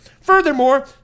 Furthermore